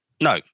No